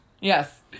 Yes